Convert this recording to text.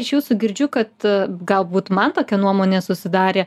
iš jūsų girdžiu kad galbūt man tokia nuomonė susidarė